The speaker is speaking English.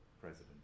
president